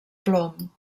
plom